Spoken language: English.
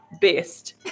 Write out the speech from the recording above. best